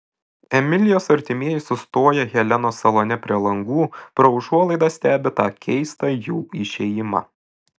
emilijos artimieji sustoję helenos salone prie langų pro užuolaidas stebi tą keistą jų išėjimą